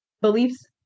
beliefs